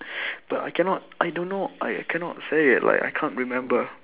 but I cannot I don't know I cannot say it like I can't remember